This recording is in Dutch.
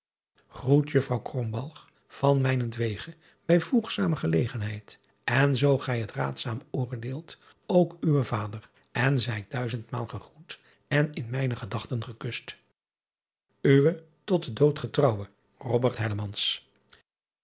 roet uffrouw van mijnentwege bij voegzame gelegenheid en zoo gij het raadzaam oordeelt ook uwen vader n zijt duizendmaal gegroet en in mijne gedachten gekust we tot den dood getrouwe